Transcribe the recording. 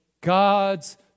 God's